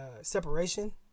separation